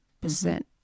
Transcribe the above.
percent